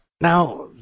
Now